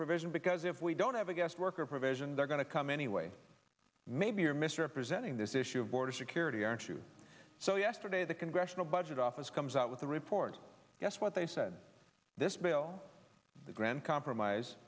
provision because if we don't have a guest worker provision they're going to come anyway maybe you're misrepresenting this issue of border security aren't you so yesterday the congressional budget office comes out with the report guess what they said this bill the grand compromise